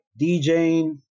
DJing